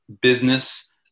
business